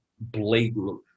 blatant